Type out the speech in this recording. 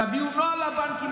תביאו נוהל לבנקים,